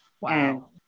Wow